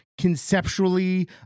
conceptually